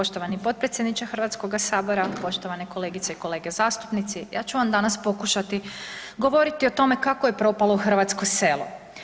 Poštovani potpredsjedniče Hrvatskoga sabora, poštovane kolegice i kolege zastupnici ja ću vam danas pokušati govoriti o tome kako je propalo hrvatsko selo.